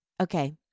okay